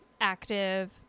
active